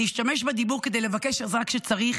נשתמש בדיבור כדי לבקש עזרה כשצריך,